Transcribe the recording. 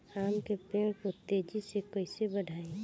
आम के पेड़ को तेजी से कईसे बढ़ाई?